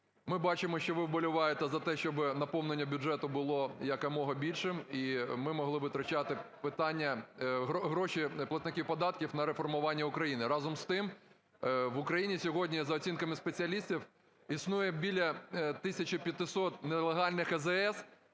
Ми бачимо, що ви вболіваєте за те, щоб наповнення бюджету було якомога більшим і ми могли витрачати гроші платників податків на реформування України. Разом з тим, в Україні сьогодні за оцінками спеціалістів існує біля 1500 нелегальних АЗС,